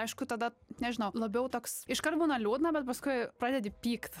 aišku tada nežinau labiau toks iškart būna liūdna bet paskui pradedi pykt